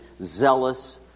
zealous